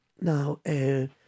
Now